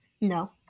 No